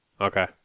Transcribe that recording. Okay